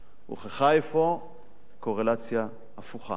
הוכחה אפוא קורלציה הפוכה.